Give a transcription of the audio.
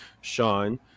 sean